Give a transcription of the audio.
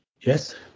yes